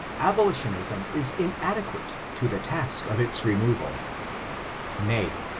abolitionism is inadequate to the task of its removal nay,